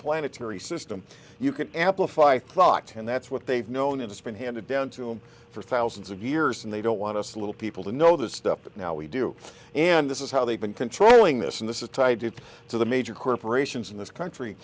planetary system you can amplify thought and that's what they've known and it's been handed down to them for thousands of years and they don't want us little people to know this stuff but now we do and this is how they've been controlling this and this is tied to the major corporations in this country